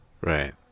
right